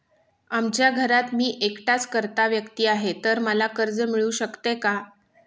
आमच्या घरात मी एकटाच कर्ता व्यक्ती आहे, तर मला कर्ज मिळू शकते का?